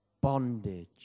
bondage